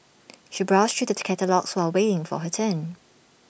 she browsed through the catalogues while waiting for her turn